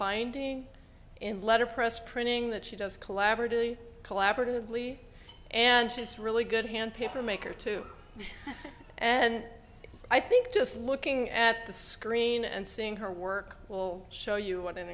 binding and letterpress printing that she does collaboratively collaboratively and she is really good hand paper maker too and i think just looking at the screen and seeing her work will show you what an